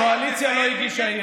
כל הקואליציה פה.